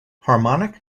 harmonic